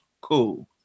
cool